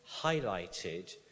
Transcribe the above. highlighted